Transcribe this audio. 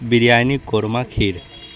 biryani korma کھیر